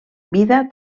vida